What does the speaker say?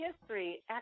history